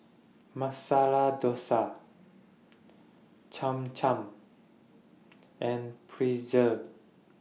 Masala Dosa Cham Cham and Pretzel